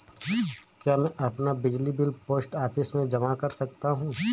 क्या मैं अपना बिजली बिल पोस्ट ऑफिस में जमा कर सकता हूँ?